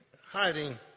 hiding